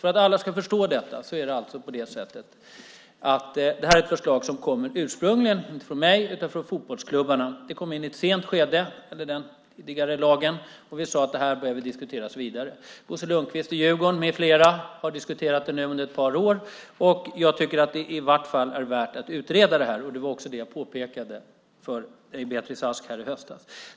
För att alla ska förstå detta handlar det alltså om ett förslag som ursprungligen kommer, inte från mig, utan från fotbollsklubbarna. Det kom in i ett sent skede när det gällde den tidigare lagen, och vi sade att det här behöver diskuteras vidare. Bosse Lundquist i Djurgården med flera har nu diskuterat det under ett par år, och jag tycker att det i vart fall är värt att utreda. Det var också det jag påpekade för Beatrice Ask här i höstas.